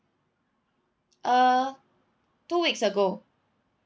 uh two weeks ago